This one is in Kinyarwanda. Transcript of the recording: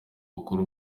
bakora